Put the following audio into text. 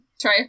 Try